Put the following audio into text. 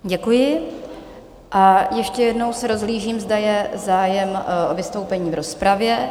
Děkuji a ještě jednou se rozhlížím, zda je zájem o vystoupení v rozpravě?